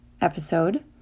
episode